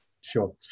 Sure